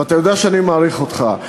ואתה יודע שאני מעריך אותך.